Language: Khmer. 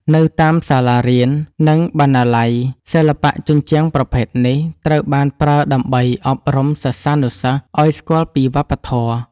នៅតាមសាលារៀន និងបណ្ណាល័យ សិល្បៈជញ្ជាំងប្រភេទនេះត្រូវបានប្រើដើម្បីអប់រំសិស្សានុសិស្សឱ្យស្គាល់ពីវប្បធម៌។